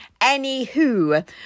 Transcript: Anywho